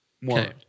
more